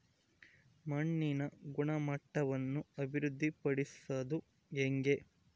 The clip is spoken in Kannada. ಮಣ್ಣಿನ ಗುಣಮಟ್ಟವನ್ನು ಅಭಿವೃದ್ಧಿ ಪಡಿಸದು ಹೆಂಗೆ?